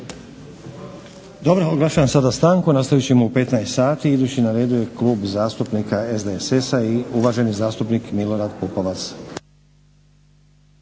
(SDP)** Oglašavam sada stanku. Nastavit ćemo u 15 sati. Idući na redu je Klub zastupnika SDSS-a i uvaženi zastupnik Milorad Pupovac.